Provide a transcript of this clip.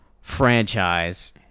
franchise